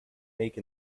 make